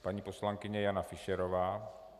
Paní poslankyně Jana Fischerová.